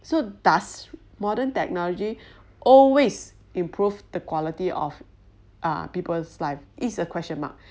so does modern technology always improve the quality of uh people's life it is a question mark